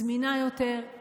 זמינה יותר,